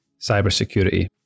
cybersecurity